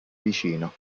vicino